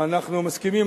אנחנו מסכימים,